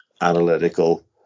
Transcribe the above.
analytical